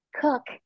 cook